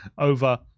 over